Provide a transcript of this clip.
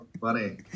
funny